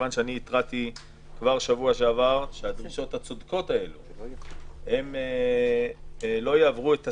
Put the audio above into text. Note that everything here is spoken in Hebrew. מכיוון שהתרעתי כבר בשבוע שעבר שהדרישות הצודקות האלה לא יעברו את הסף,